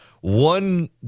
one